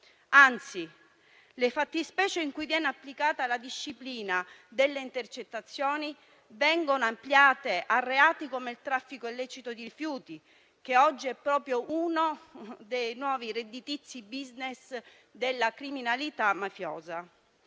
anzi, le fattispecie in cui viene applicata la disciplina delle intercettazioni vengono ampliate a reati come il traffico illecito di rifiuti, che oggi è proprio uno dei nuovi redditizi *business* della criminalità mafiosa.